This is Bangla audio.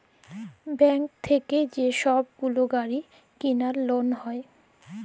ব্যাংক থ্যাইকে যে ছব গুলা গাড়ি কিলার লল হ্যয়